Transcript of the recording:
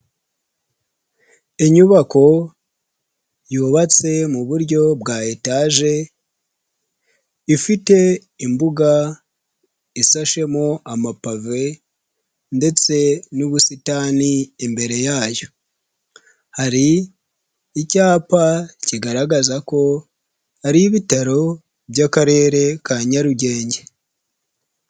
Inyubako yubatse mu buryo bwa etage ifite imbuga ishashemo amapave ndetse n'ubusitani imbere yayo, hari icyapa kigaragaza ko ari ibitaro by'akarere ka Nyarugenge.